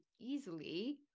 easily